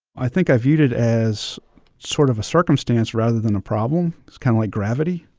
i think i viewed it as sort of a circumstance rather than a problem. it's kind of like gravity.